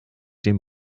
dem